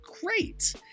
great